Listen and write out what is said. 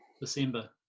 December